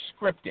scripted